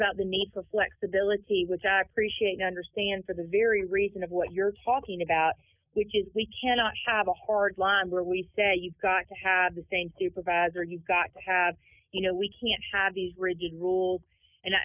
about the need for flexibility which i appreciate understand for the very reason of what you're talking about which is we cannot have a hard line where we say you've got to have the same supervisor you've got to have you know we can't have these rigid rules and i